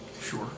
Sure